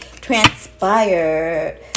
transpired